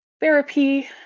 therapy